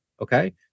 okay